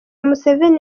museveni